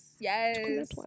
Yes